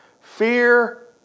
Fear